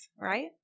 right